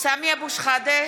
סמי אבו שחאדה,